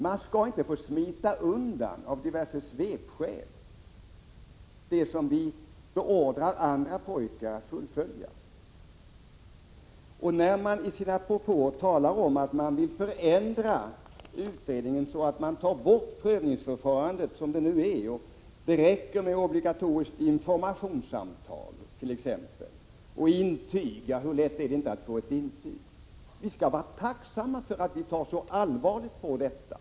Det skall inte gå att smita undan med diverse svepskäl det som vi beordrar andra pojkar att fullfölja. I propåerna talas det om att förändra utredningen så att man tar bort prövningsförfarandet, såsom det nu är, och att det skall räcka med exempelvis obligatoriskt informationssamtal och intyg. Hur lätt är det inte att få ett intyg? Ni skall vara tacksamma för att vi tar så allvarligt på detta.